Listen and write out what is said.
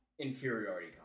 inferiority